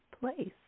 place